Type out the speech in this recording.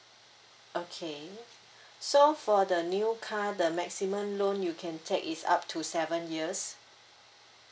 okay so for the new car the maximum loan you can take is up to seven years